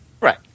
Right